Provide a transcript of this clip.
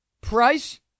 Price